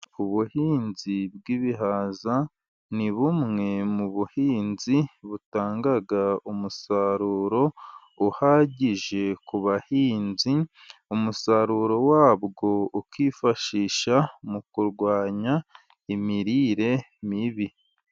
Ubuhinzi bw'ibihaza ni bumwe mu buhinzi butanga umusaruro uhagije ku bahinzi, umusaruro wabwo ukifashishwa mu kurwanya imirire mibi.